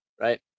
Right